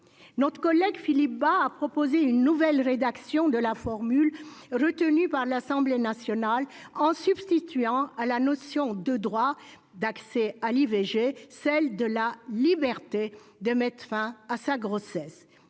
Notre collègue Philippe Bas a proposé une nouvelle rédaction de la formule retenue par l'Assemblée nationale, en substituant à la notion de « droit d'accès à l'IVG » celle de « liberté de la femme de mettre fin à sa grossesse